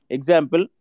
Example